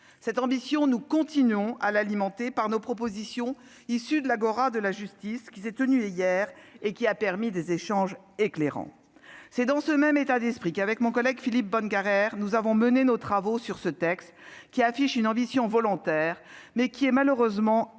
Cette ambition, nous continuons à l'alimenter par nos propositions issues de l'Agora de la justice, qui s'est tenue hier et qui a permis des échanges éclairants. C'est dans ce même état d'esprit que mon collègue rapporteur Philippe Bonnecarrère et moi-même avons mené nos travaux sur ce texte qui affiche une ambition volontaire, mais qui est malheureusement avant